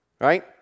right